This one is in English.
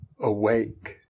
Awake